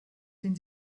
den